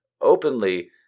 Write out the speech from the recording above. openly